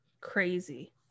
crazy